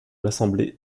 l’assemblée